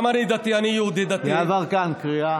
גם אני דתי, אני יהודי-דתי, יברקן, קריאה.